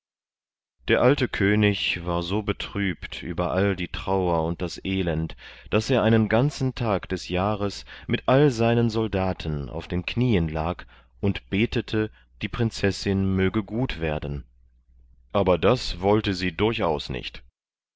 der alte könig war so betrübt über all die trauer und das elend daß er einen ganzen tag des jahres mit all seinen soldaten auf den knieen lag und betete die prinzessin möge gut werden aber das wollte sie durchaus nicht